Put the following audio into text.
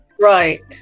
Right